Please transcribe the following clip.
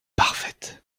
parfaite